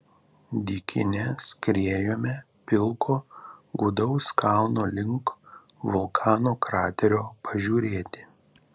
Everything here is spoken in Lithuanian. dykyne skriejome pilko gūdaus kalno link vulkano kraterio pažiūrėti